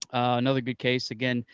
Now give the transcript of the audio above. another good case. again,